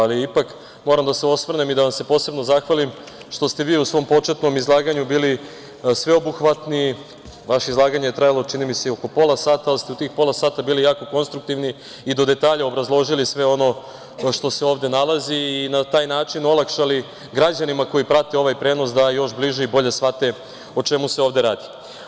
Ali ipak moram da se osvrnem i da vam se posebno zahvalim što ste vi u svom početnom izlaganju bili sveobuhvatni, vaše izlaganje je trajalo čini mi se i oko pola sata, ali ste u tih pola sata bili jako konstruktivni i do detalja obrazložili sve ono što se ovde nalazi i na taj način olakšali građanima koji prate ovaj prenos da još bliže i bolje shvate o čemu se ovde radi.